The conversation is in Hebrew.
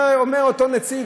אומר אותו נציג,